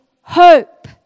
hope